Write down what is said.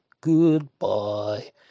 Goodbye